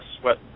sweat